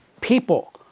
people